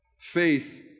Faith